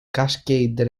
cascade